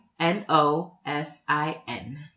N-O-S-I-N